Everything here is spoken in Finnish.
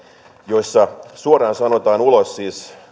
joissa suoraan sanotaan siis